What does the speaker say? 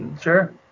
Sure